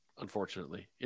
unfortunately